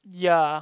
ya